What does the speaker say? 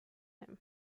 him